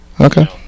okay